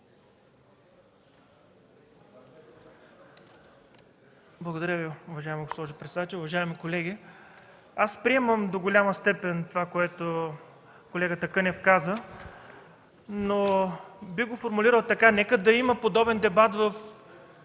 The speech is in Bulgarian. Благодаря Ви, уважаема госпожо председател. Уважаеми колеги, приемам до голяма степен това, което колегата Кънев каза, но бих го формулирал така. Нека да има подобен дебат в